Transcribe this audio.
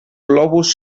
globus